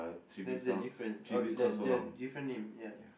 there's the different oh the the different name ya